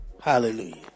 Hallelujah